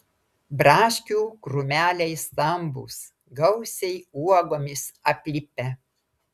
braškių krūmeliai stambūs gausiai uogomis aplipę